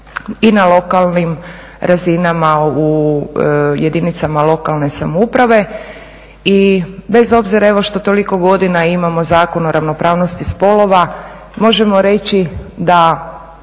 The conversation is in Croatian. i na lokalnim razinama u jedinicama lokalne samouprave i bez obzira što toliko godina imamo Zakon o ravnopravnosti spolova možemo reći da